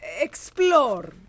Explore